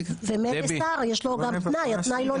יש לו גם תנאי התנאי לא נגמר.